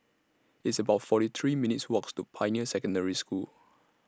It's about forty three minutes' Walks to Pioneer Secondary School